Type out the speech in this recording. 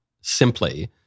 simply